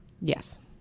Yes